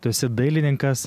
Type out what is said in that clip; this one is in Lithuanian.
tu esi dailininkas